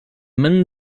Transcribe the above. man